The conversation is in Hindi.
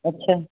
अच्छा